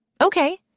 Okay